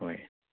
ꯍꯣꯏ